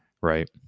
right